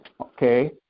Okay